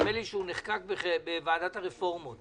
נדמה לי שהוא נחקק בוועדת הרפורמות